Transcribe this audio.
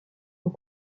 aux